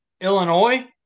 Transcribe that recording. Illinois